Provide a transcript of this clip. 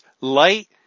light